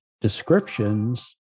descriptions